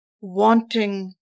wanting